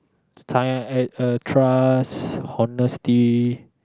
ti~ eh uh trust honesty